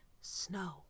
snow